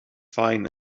fine